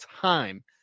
time